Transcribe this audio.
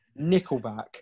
Nickelback